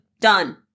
Done